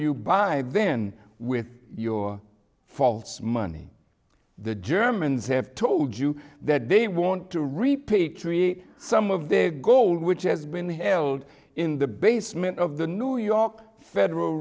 you buy then with your faults money the germans have told you that they want to repatriate some of the gold which has been held in the basement of the new york federal